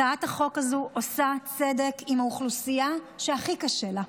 הצעת החוק הזו עושה צדק עם האוכלוסייה שהכי קשה לה,